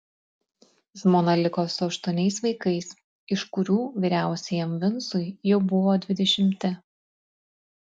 žmona liko su aštuoniais vaikais iš kurių vyriausiajam vincui jau buvo dvidešimti